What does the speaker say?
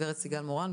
סיגל מורן.